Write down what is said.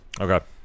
Okay